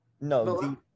No